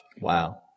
Wow